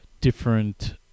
different